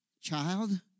Child